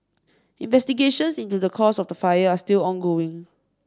investigations into the cause of the fire are still ongoing